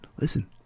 listen